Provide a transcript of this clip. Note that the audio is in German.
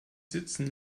sitzen